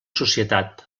societat